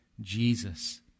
Jesus